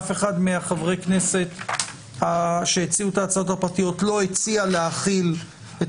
אף אחד מחברי הכנסת שהציעו את ההצעות הפרטיות לא הציע להחיל את